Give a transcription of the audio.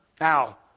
Now